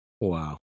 Wow